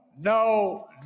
no